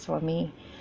for me